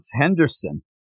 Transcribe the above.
Henderson